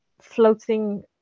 floating